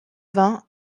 vingts